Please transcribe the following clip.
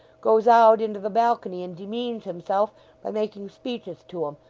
goes out into the balcony and demeans himself by making speeches to em,